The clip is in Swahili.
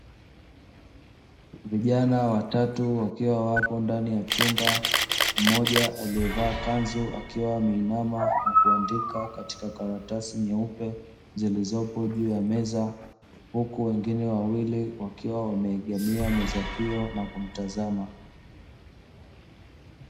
Vijana watatu wakiwa wapo ndani ya chumba, mmoja aliyevaa kanzu akiwa ameinama na kuandika katika karatasi nyeupe, zilizopo juu ya meza huku wengine wawili wakiwa wameegemea meza hiyo na kumtazama.